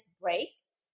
breaks